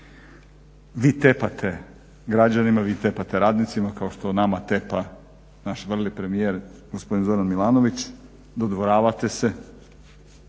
vi tepate građanima, vi tepate radnicima kao što nama tepa naš vrli premijer gospodin Zoran Milanović, dodvoravate se.